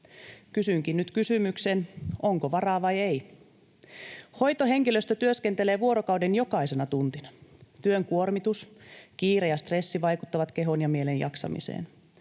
Kysynkin nyt kysymyksen, onko varaa vai ei. Hoitohenkilöstö työskentelee vuorokauden jokaisena tuntina. Työn kuormitus, kiire ja stressi vaikuttavat kehon ja mielen jaksamiseen.